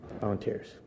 volunteers